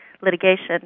litigation